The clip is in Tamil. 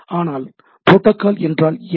ஆனால் ப்ரோட்டோகால் என்றால் என்ன